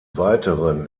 weiteren